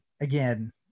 again